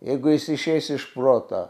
jeigu jis išeis iš proto